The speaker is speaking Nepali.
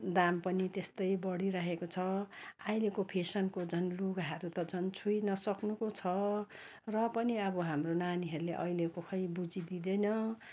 दाम पनि त्यस्तै बढिराखेको छ अहिलेको फेसनको झन् लुगाहरू त झन् छोइ नसक्नुको छ र पनि अब हाम्रो नानीहरूले अहिलेको खै बुझिदिँदैन